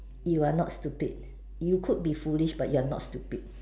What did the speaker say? you are not stupid you could be foolish but you are not stupid